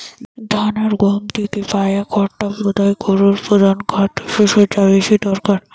ধান আর গম থিকে পায়া খড়টা বোধায় গোরুর পোধান খাদ্যশস্য যা বেশি দরকারি